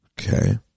Okay